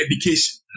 education